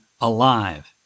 alive